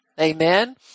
Amen